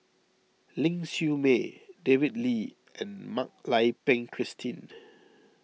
Ling Siew May David Lee and Mak Lai Peng Christine